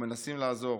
ומנסים לעזור.